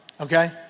Okay